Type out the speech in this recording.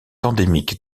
endémique